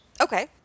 okay